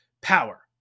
power